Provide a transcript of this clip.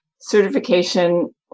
certification